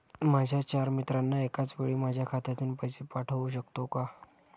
माझ्या चार मित्रांना एकाचवेळी माझ्या खात्यातून पैसे पाठवू शकतो का?